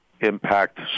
Impact